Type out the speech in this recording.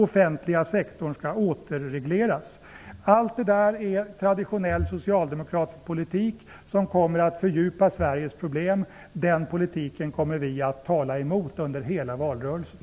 Offentliga sektorn skall återregleras. Allt detta är traditionell socialdemokratisk politik som kommer att fördjupa Sveriges problem. Den politiken kommer vi att tala emot under hela valrörelsen.